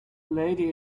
lady